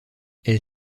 elle